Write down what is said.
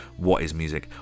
whatismusic